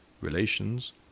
relations